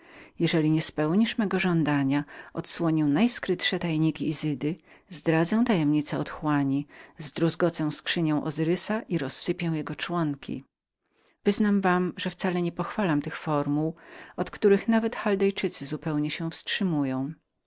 jeżeli nie spełnicie mego żądania odsłonię najskrytsze tajniki izydy wyjaśnię tajemnice otchłani zdruzgocę skrzynię ozyrysa i rozsypię jego członki wyznam wam że wcale nie potwierdzam tych formuł od których nawet chaldejczykowie zupełnie się wstrzymują